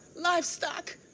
livestock